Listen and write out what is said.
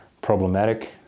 problematic